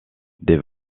des